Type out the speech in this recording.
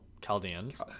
Chaldeans